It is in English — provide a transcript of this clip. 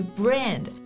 brand